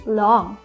long